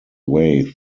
way